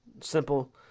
Simple